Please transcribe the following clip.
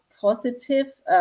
positive